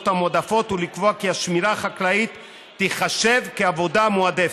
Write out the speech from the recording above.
המועדפות ולקבוע כי השמירה החקלאית תיחשב לעבודה מועדפת.